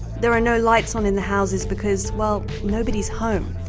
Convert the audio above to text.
there are no lights on in the houses, because, well, nobody's home.